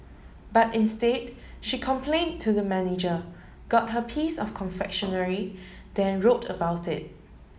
but instead she complained to the manager got her piece of confectionery then wrote about it